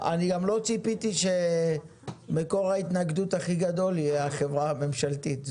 אני גם לא ציפיתי שמקור ההתנגדות הכי גדול יהיה החברה הממשלתית.